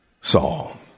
Saul